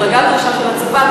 דרישה של הצבא,